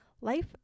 life